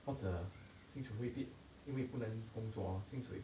或者薪水会跌因为不能工作 hor 薪水